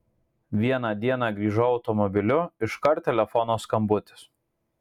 vieną dieną grįžau automobiliu iškart telefono skambutis